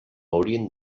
haurien